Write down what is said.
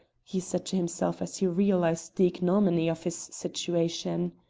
he said to himself as he realised the ignominy of his situation.